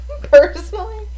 Personally